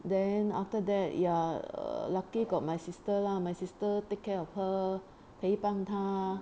then after that ya lucky got my sister lah my sister take care of her 陪伴他